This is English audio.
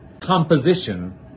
composition